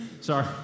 Sorry